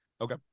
Okay